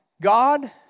God